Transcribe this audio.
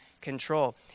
control